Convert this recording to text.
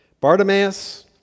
Bartimaeus